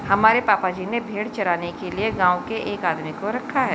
हमारे पापा जी ने भेड़ चराने के लिए गांव के एक आदमी को रखा है